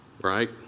right